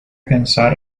pensar